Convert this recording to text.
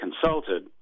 consulted